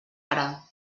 ara